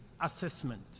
assessment